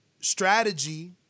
strategy